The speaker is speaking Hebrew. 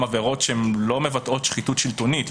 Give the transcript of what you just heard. עבירות שהן לא מבטאות שחיתות שלטונית.